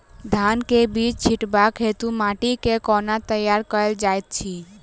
धान केँ बीज छिटबाक हेतु माटि केँ कोना तैयार कएल जाइत अछि?